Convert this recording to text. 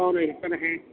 اور ہیں